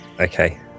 Okay